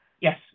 Yes